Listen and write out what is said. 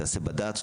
תעשה בד"ץ,